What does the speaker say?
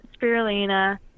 spirulina